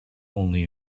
only